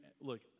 Look